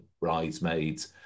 bridesmaids